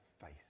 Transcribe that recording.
face